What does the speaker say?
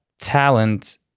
talent